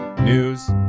news